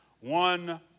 One